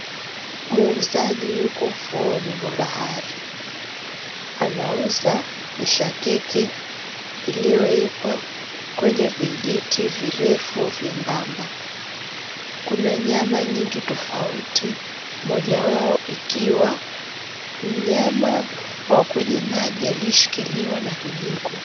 Muuzaji yuko ufuoni mwa bahari. Anauza mishakiki iliyoekwa kwenye vijiti virefu vyembamba. Kuna nyama nyingi tofauti mojawao ikiwa myama wa kwenye maji aliyeshikiliwa na kijiko.